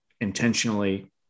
intentionally